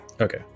Okay